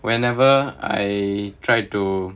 whenever I tried to